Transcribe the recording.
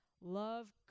love